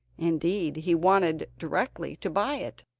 indeed, he wanted directly to buy it,